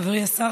חברי השר,